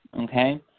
okay